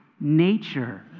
nature